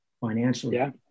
financially